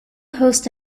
host